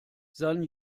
san